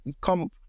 come